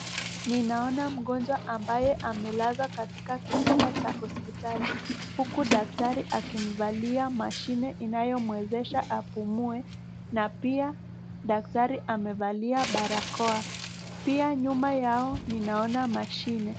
Ninaona mgonjwa ambaye amelazwa katika kitanda cha hospitali huku daktari akimvalia mashine inayomwezesha apumue na pia daktari amevalia barakoa. Pia nyuma yao ninaona mashine.